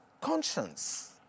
conscience